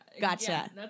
Gotcha